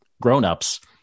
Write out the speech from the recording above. grown-ups